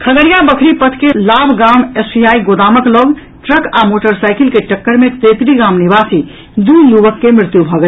खगड़िया बखरी पथ के लाभ गाम एफसीआई गोदामक लऽग ट्रक आ मोटरसाईकिल के टक्कर मे तेतरी गाम निवासी दू युवक के मृत्यु भऽ गेल